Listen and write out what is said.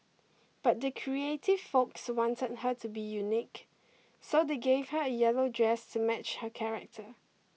but the creative folks wanted her to be unique so they gave her a yellow dress to match her character